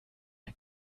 der